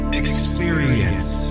experience